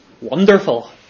wonderful